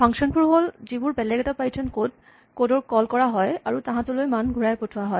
function বোৰ হ'ল যিবোৰ বেলেগ এটা পাইথন কড ৰ কল কৰা হয় আৰু তাহাঁতলৈ মান ঘূৰাই পঠোৱা হয়